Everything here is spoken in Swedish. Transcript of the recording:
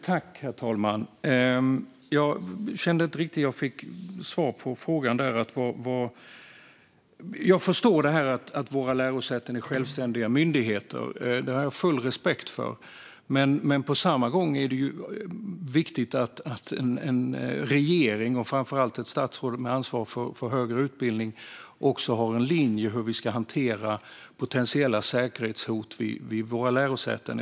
Herr talman! Jag kände inte riktigt att jag fick svar på frågan. Jag förstår att våra lärosäten är självständiga myndigheter. Det har jag full respekt för. Men på samma gång är det viktigt att en regering och framför allt ett statsråd med ansvar för högre utbildning har en linje för hur vi ska hantera potentiella säkerhetshot eller spionage vid våra lärosäten.